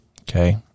Okay